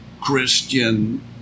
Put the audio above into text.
Christian